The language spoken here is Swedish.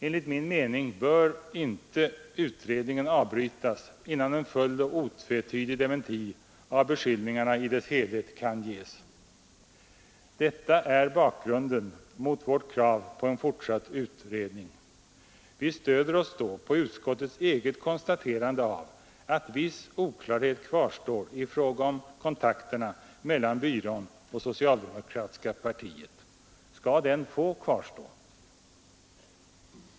Enligt min mening bör inte utredningen avbrytas innan en full och otvetydig dementi av beskyllningarna i deras helhet kan ges. Detta är bakgrunden till vårt krav på en fortsatt utredning. Vi stöder oss då på utskottets eget konstaterande av att viss oklarhet kvarstår i fråga om kontakterna mellan byrån och det socialdemokratiska partiet. Skall den få kvarstå?